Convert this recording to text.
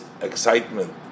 excitement